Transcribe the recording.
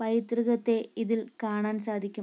പൈതൃകത്തെ ഇതിൽ കാണാൻ സാധിക്കും